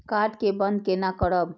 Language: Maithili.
कार्ड के बन्द केना करब?